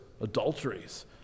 adulteries